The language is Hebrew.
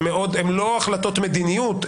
הן לא החלטות מדיניות,